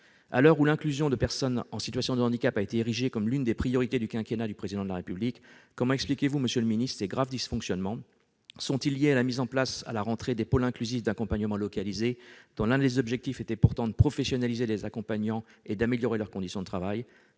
à l'heure où l'inclusion de personnes en situation de handicap a été érigée comme l'une des priorités du quinquennat du Président de la République, comment expliquez-vous ces graves dysfonctionnements ? Sont-ils liés à la mise en place, à la rentrée, des pôles inclusifs d'accompagnement localisés, dont l'un des objectifs était pourtant de professionnaliser les accompagnants et d'améliorer leurs conditions de travail ?